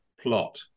plot